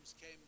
came